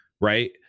Right